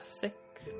thick